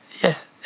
yes